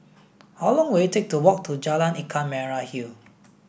how long will it take to walk to Jalan Ikan Merah Hill